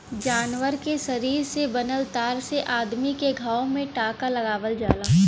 जानवर के शरीर से बनल तार से अदमी क घाव में टांका लगावल जाला